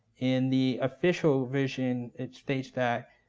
in the official version, it states that